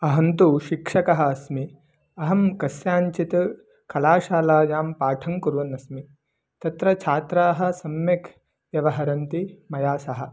अहं तु शिक्षकः अस्मि अहं कस्याञ्चित् कलाशालायां पाठं कुर्वन्नस्मि तत्र छात्राः सम्यक् व्यवहरन्ति मया सह